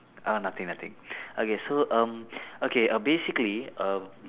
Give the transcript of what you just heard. uh nothing nothing okay so um okay uh basically um